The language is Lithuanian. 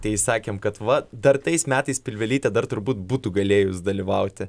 tai sakėm kad va dar tais metais pilvelytė dar turbūt būtų galėjus dalyvauti